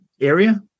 area